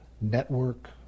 network